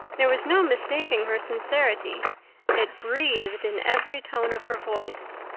there was no mistaking her sincerity it breathed in every tone of her voice.